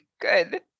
good